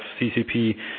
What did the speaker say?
CCP